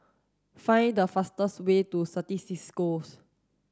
find the fastest way to Certis Cisco